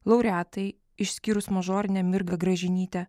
laureatai išskyrus mažorinę mirgą gražinytę